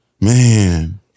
man